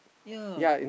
yea